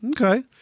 Okay